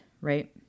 right